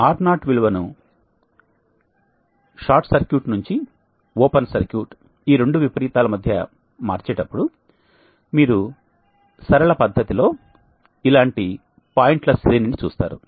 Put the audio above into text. R0 విలువను 0 short circuit నుండి infinity open circuit ఈ రెండు విపరీతాల మధ్య మార్చేటప్పుడు మీరు సరళ పద్ధతిలో ఇలాంటి పాయింట్ల శ్రేణిని చూస్తారు